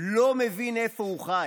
לא מבין איפה הוא חי.